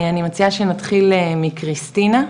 אני מציעה שנתחיל מקריסטינה,